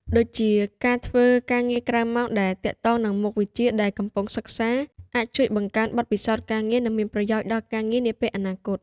ដូចជាការធ្វើការងារក្រៅម៉ោងដែលទាក់ទងនឹងមុខវិជ្ជាដែលកំពុងសិក្សា អាចជួយបង្កើនបទពិសោធន៍ការងារ និងមានប្រយោជន៍ដល់ការងារនាពេលអនាគត។